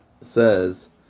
says